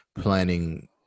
planning